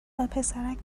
وپسرک